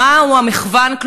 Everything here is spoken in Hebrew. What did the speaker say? מהו המחוון,